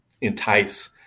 entice